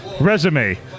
Resume